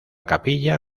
capilla